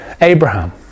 Abraham